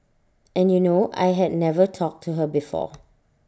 and you know I had never talked to her before